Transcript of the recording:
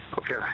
Okay